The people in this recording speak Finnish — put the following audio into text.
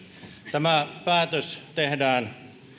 tämä päätös tehdään